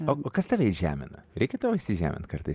o o kas tave įžemina reikia tau įsižemint kartais